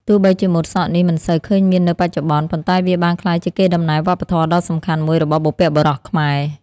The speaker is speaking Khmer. ទោះបីជាម៉ូតសក់នេះមិនសូវឃើញមាននៅបច្ចុប្បន្ន ប៉ុន្តែវាបានក្លាយជាកេរដំណែលវប្បធម៌ដ៏សំខាន់មួយរបស់បុព្វបុរសខ្មែរ។